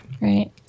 Right